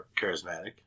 charismatic